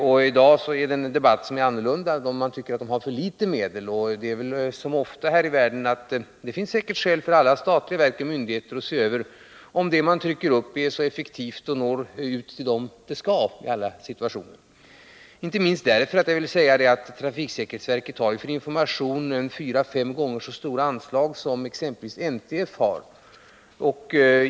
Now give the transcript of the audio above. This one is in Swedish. I dag är debatten annorlunda: nu tycker man att verket får för litet pengar. Men liksom för så många andra finns det säkert skäl också för statliga verk och myndigheter att överväga om det man trycker upp är så effektivt och når ut till dem som avses. Jag nämner detta inte minst med tanke på att trafiksäkerhetsverket har fyra fem gånger så stora anslag för information som exempelvis NTF.